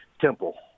Temple